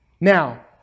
now